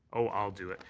oh, i'll do it.